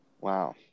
Wow